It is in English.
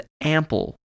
ample